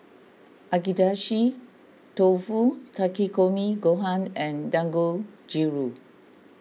Agedashi Dofu Takikomi Gohan and Dangojiru